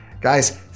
guys